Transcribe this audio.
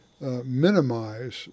minimize